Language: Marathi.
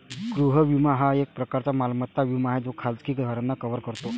गृह विमा हा एक प्रकारचा मालमत्ता विमा आहे जो खाजगी घरांना कव्हर करतो